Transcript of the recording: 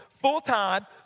full-time